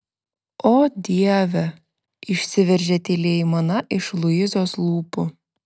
o dieve išsiveržė tyli aimana iš luizos lūpų